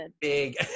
big